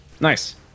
Nice